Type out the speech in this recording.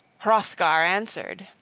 hrothgar answered,